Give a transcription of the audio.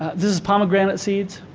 this is pomegranate seeds.